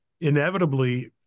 inevitably